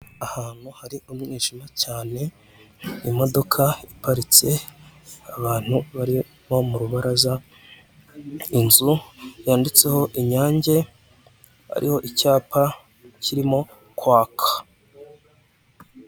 Ahantu hari umwijima cyane, imodoka iparitse, abantu bari mu rubaraza, inzu yanditseho inyange hariho icyapa kirimo kwakwa.